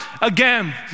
again